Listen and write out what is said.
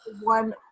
one